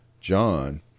John